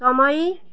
समय